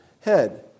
Head